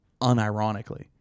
unironically